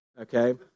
okay